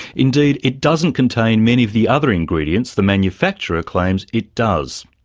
indeed, it doesn't contain many of the other ingredients the manufacturer claims it does.